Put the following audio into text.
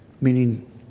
meaning